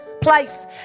place